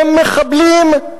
הם מחבלים,